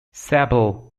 sable